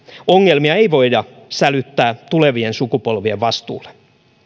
ongelmia ei voida sälyttää tulevien sukupolvien vastuulle